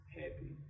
happy